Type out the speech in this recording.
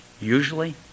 usually